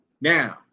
Now